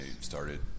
started